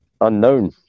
unknown